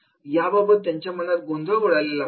याबाबत त्यांच्या मनात गोंधळ उडालेला असतो